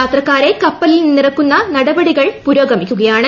യാത്രക്കാരെ കപ്പലിൽ നിന്നിറക്കുന്ന നടപടികൾ പുരോഗമിക്കുകയാണ്